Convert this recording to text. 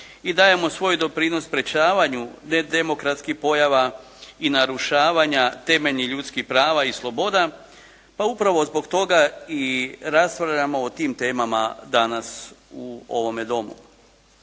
i dajemo svoj doprinos sprječavanju nedemokratskih pojava i narušavanja temeljnih ljudskih prava i sloboda pa upravo zbog toga i raspravljamo o tim temama dana su ovome Domu.